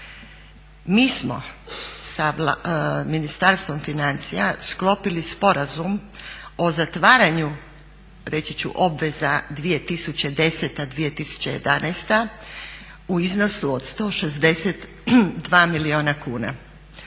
Mi smo sa Ministarstvom financija sklopili Sporazum o zatvaranju reći ću obveza 2010., 2011. u iznosu od 162 milijuna kuna.